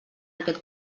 aquest